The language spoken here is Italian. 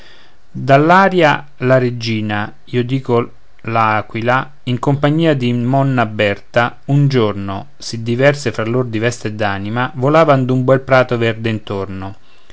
gazza dall'aria la regina io dico l'aquila in compagnia di monna berta un giorno sì diverse fra lor di vesti e d'anima volavan d'un bel prato verde intorno